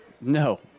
No